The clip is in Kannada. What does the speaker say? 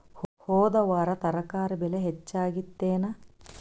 ಹೊದ ವಾರ ತರಕಾರಿ ಬೆಲೆ ಹೆಚ್ಚಾಗಿತ್ತೇನ?